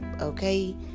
okay